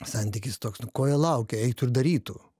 santykis toks nu ko jie laukia eitų ir darytų